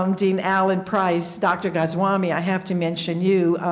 um dean alan price, dr. goswami, i have to mention you.